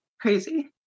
crazy